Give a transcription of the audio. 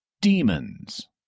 demons